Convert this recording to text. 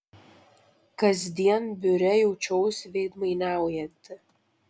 kasdien biure jaučiausi veidmainiaujanti